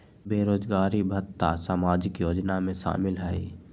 बेरोजगारी भत्ता सामाजिक योजना में शामिल ह ई?